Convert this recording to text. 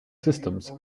systems